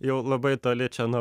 jau labai toli čia nuo